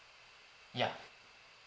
ya